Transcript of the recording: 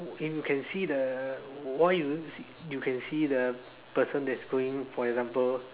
in you can see the why you you can see the person that's going for example